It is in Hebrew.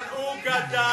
אני לא אומרת,